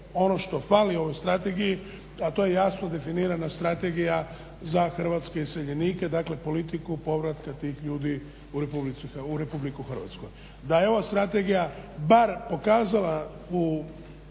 ono što fali ovoj strategiji a to je jasno definirana strategija za hrvatske iseljenike, dakle politiku povratka tih ljudi u RH. Da je ova strategija bar pokazala u